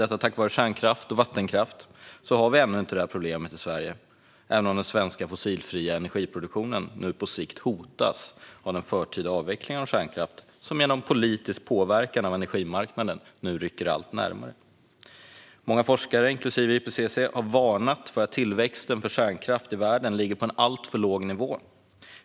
Tack vare kärnkraft och vattenkraft har vi ännu inte detta problem, även om den svenska fossilfria energiproduktionen på sikt hotas av den förtida avvecklingen av kärnkraften, som genom politisk påverkan på energimarknaden rycker allt närmare. Många forskare, inklusive IPCC, har varnat för att tillväxten av kärnkraft i världen ligger på en alltför låg nivå.